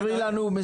רגע, עצור.